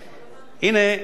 הנה,